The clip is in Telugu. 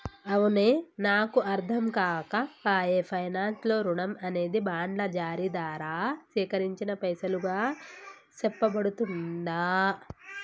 అవునే నాకు అర్ధంకాక పాయె పైనాన్స్ లో రుణం అనేది బాండ్ల జారీ దారా సేకరించిన పైసలుగా సెప్పబడుతుందా